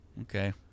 Okay